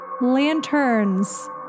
lanterns